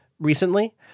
Recently